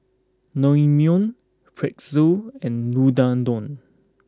Naengmyeon Pretzel and Unadon